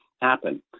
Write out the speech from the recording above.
happen